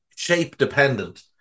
Shape-dependent